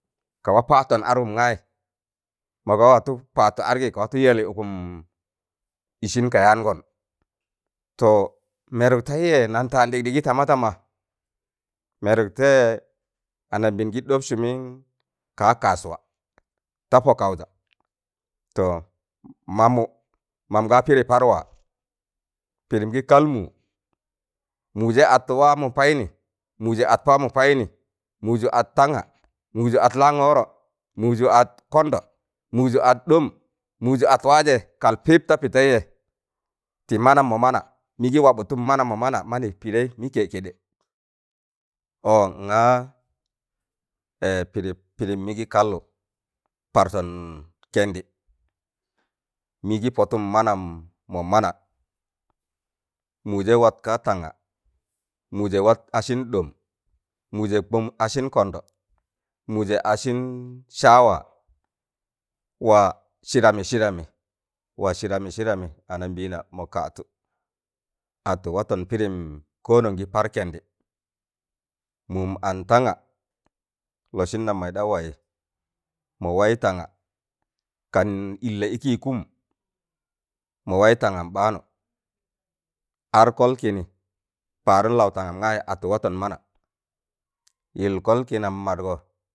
Kawa paatọn adgụm gayị mọga watụ pattụ adgi ka watụ yẹlị ụkụm ịsịn ka yaangọn to mẹrụg tẹịjẹ nan taan ɗịgɗịgị tama tama mẹrụg tẹịyẹ anambịịn gị ɗọp sụmịn ka kasuwa ta pọ kaụja to mamụ mam gaa pịrị par waa pịrịm gị kal mụụ mụụjẹ atu waamọ paịnị, mụụjẹ at waamọ paịnị mụụjẹ ad tanga, mụụjẹ ad langọrọ, mụụju at kọndọ, mụụju ad ɗọm, mụụju at waajẹ kal pịp ta pị tẹịyẹ tị manam mọ mama mịgị wabụttụn mana mọ mana mịnị pịdẹị mị kẹ-kẹdẹ. ọọ ngaa pịdị- pịdịm mị gị kallụ partọn kẹndị mịgị pọtụn manam mọ mana mụụjẹ wat ka tanga mụụjẹ wat asịn ɗọm mụjẹ kbọm asịn kọndọ mụụjẹ asịn saawa wa sịdamị sịdamị wa sịdamị sịdamị anambịịna mọ kaatụ atụ watọn pịdịm ko non gi kẹndị mụm an tanga losịn nam mọị, da wayị mọ waị tanga kan ịlla ịkị kụm mọ waị tangam baanụ ar kọl kịnị paarụn laụ tangam gayị atụ watọn mana, yịl kọl kịnam madgọ